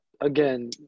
again